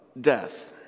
death